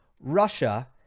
Russia